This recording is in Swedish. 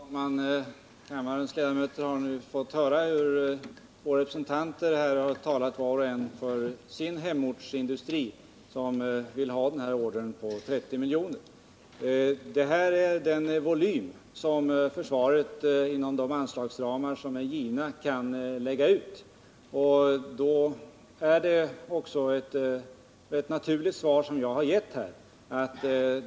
Herr talman! Kammarens ledamöter har nu fått höra hur två representanter har talat, var och en för sin hemortsindustri. De vill båda ha ordern på 30 milj.kr., vilket är den volym som försvaret kan lägga ut inom de anslagsramar som är givna. Därför är också det svar som jag har gett här naturligt.